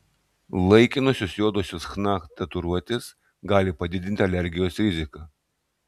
laikinosios juodosios chna tatuiruotės gali padidinti alergijos riziką